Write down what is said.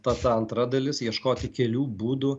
ta ta antra dalis ieškoti kelių būdų